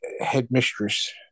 headmistress